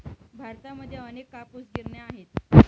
भारतामध्ये अनेक कापूस गिरण्या आहेत